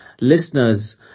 listeners